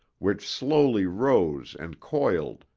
which slowly rose and coiled,